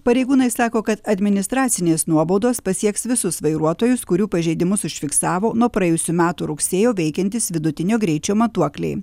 pareigūnai sako kad administracinės nuobaudos pasieks visus vairuotojus kurių pažeidimus užfiksavo nuo praėjusių metų rugsėjo veikiantys vidutinio greičio matuokliai